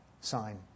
sign